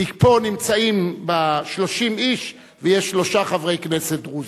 כי פה נמצאים 30 איש, ויש שלושה חברי כנסת דרוזים.